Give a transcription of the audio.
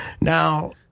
Now